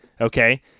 okay